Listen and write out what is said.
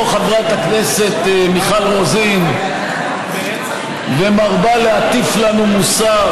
חברת הכנסת מיכל רוזין ומרבה להטיף לנו מוסר,